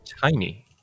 tiny